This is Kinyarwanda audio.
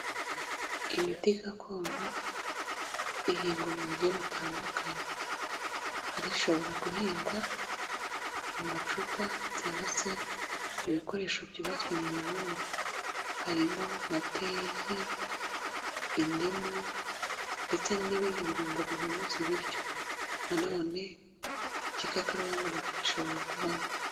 Imiti gakondo ihingwa mu buryo butandukanye: hari ishobora guhingwa mu macupa cyangwa se mu bikoresho byubatswe mu ibumba, harimo nka teyi, indimu ndetse n'ibindi birungo bihumuza ibiryo, na none igikakarubamba na cyo gishobora kubamo.